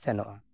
ᱥᱮᱱᱚᱜᱼᱟ